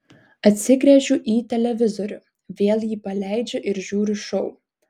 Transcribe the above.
atsigręžiu į televizorių vėl jį paleidžiu ir žiūriu šou